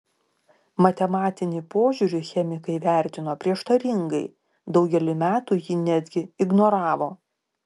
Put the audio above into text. matematinį požiūrį chemikai vertino prieštaringai daugelį metų jį netgi ignoravo